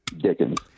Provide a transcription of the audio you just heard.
dickens